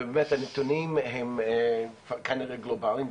ובאמת הנתונים הם כנראה גלובליים.